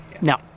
no